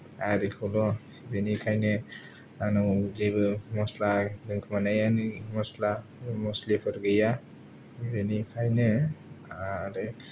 आरिखौल' बेनिखायनो आंनाव जेबो मसला दोनखुमानाय मसला मसलिफोर गैया बेनिखायनो आरो